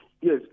Yes